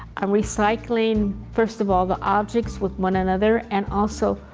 i'm recycling first of all the objects with one another and also,